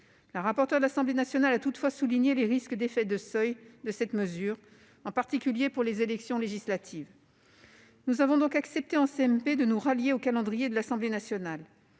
La rapporteure de l'Assemblée nationale a toutefois souligné les risques d'effets de seuil que pouvait entraîner cette mesure, en particulier pour les élections législatives. Nous avons donc accepté en CMP de nous rallier au calendrier de l'Assemblée nationale